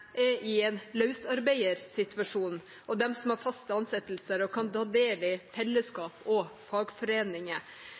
er i en løsarbeidersituasjon, og dem som har faste ansettelser og kan ta del i